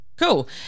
Cool